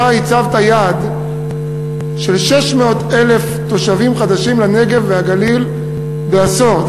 אתה הצבת יעד של 600,000 תושבים חדשים לנגב והגליל בעשור.